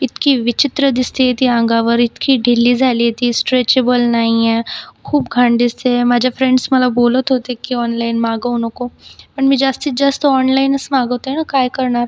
इतकी विचित्र दिसतेय ती अंगावर इतकी ढिली झाली आहे ती स्ट्रेचेबल नाही आहे खूप घाण दिसतेय माझ्या फ्रेंडस् मला बोलत होते की ऑनलाईन मागवू नको पण मी जास्तीत जास्त ऑनलाईनच मागवते ना काय करणार